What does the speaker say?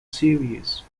series